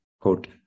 Quote